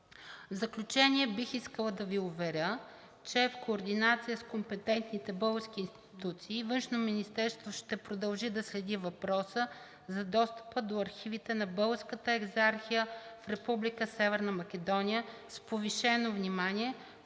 В заключение, бих искала да Ви уверя, че в координация с компетентните български институции Външното министерство ще продължи да следи въпроса за достъпа до архивите на Българската екзархия в Република Северна Македония с повишено внимание,